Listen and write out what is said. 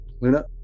Luna